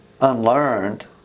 unlearned